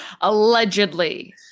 Allegedly